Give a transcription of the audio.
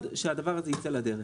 על זה שרוצים ליצור אינסנטיב.